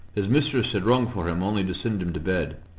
his mistress had rung for him only to send him to bed,